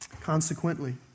Consequently